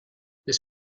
this